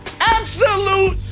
absolute